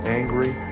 angry